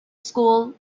school